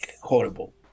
horrible